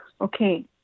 okay